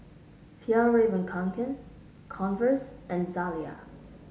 Fjallraven Kanken Converse and Zalia